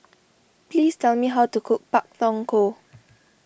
please tell me how to cook Pak Thong Ko